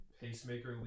Pacemaker